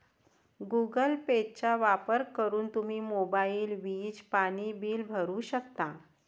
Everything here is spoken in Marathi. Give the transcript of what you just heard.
गुगल पेचा वापर करून तुम्ही मोबाईल, वीज, पाणी बिल भरू शकता